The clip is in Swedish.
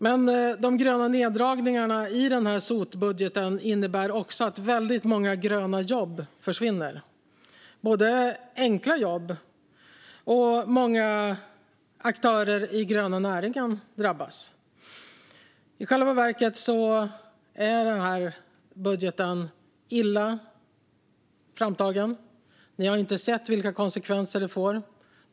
Men de gröna neddragningarna i sotbudgeten innebär också att väldigt många gröna jobb och även enkla jobb försvinner. Många aktörer i den gröna näringen drabbas. I själva verket är den här budgeten illa framtagen. Ni har inte sett efter vilka konsekvenser den får.